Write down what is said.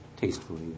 tastefully